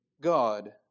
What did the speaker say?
God